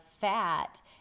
fat